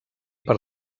per